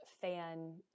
fan